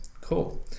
Cool